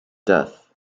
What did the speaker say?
death